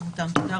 תודה רבה.